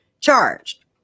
charged